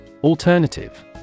Alternative